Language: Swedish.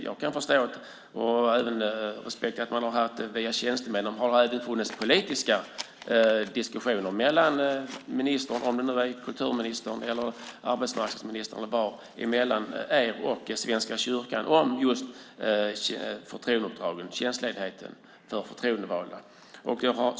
Jag kan förstå och har respekt för att man har haft dem via tjänstemän, men har det även funnits politiska diskussioner mellan ministern, om det nu är kulturministern eller arbetsmarknadsministern, och Svenska kyrkan om tjänstledigheten för förtroendevalda?